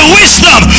wisdom